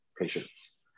patients